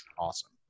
awesome